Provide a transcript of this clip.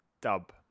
dub